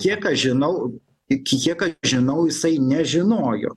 kiek aš žinau kiek aš žinau jisai nežinojo